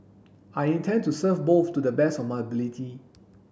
I intend to serve both to the best of my ability